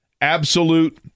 absolute